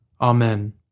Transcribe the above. Amen